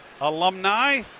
alumni